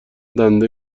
دنده